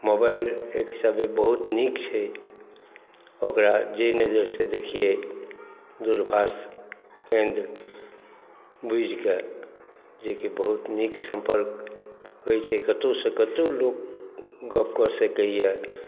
mobile एक हिसाबे बहुत नीक छै ओकरा जाहि नजरिसँ देखिए दूरभाष केन्द्र बुझिके जे कि बहुत नीक सम्पर्क होइ छै कतहुसँ कतहु लोक गप कऽ सकैए